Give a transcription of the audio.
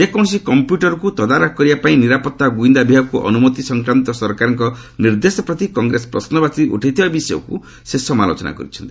ଯେକୌଣସି କମ୍ପ୍ୟୁଟରକୁ ତଦାରଖ କରିବା ପାଇଁ ନିରାପତ୍ତା ଓ ଗୁଇନ୍ଦା ବିଭାଗକୁ ଅନୁମତି ସଂକ୍ରାନ୍ତ ସରକାରଙ୍କ ନିର୍ଦ୍ଦେଶ ପ୍ରତି କଂଗ୍ରେସ ପ୍ରଶ୍ମବାଚୀ ଉଠାଇଥିବା ବିଷୟକୁ ସେ ସମାଲୋଚନା କରିଛନ୍ତି